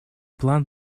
план